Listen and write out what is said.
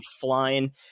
flying